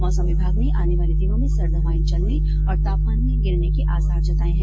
मौसम विभाग ने आने वाले दिनो में सर्द हवाऐ चलने और तापमान के गिरने के आसार जताये है